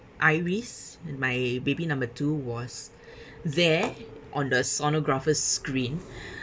iris my baby number two was there on the sonographer's screen